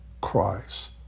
Christ